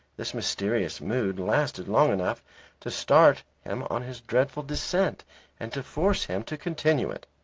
this mysterious mood lasted long enough to start him on his dreadful descent and to force him to continue it.